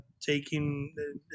taking